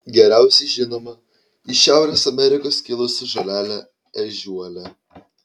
geriausiai žinoma iš šiaurės amerikos kilusi žolelė ežiuolė